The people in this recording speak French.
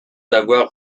d’avoir